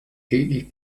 täglich